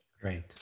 Great